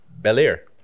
bel-air